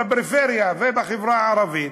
בפריפריה ובחברה הערבית,